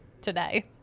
today